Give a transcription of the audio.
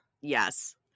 yes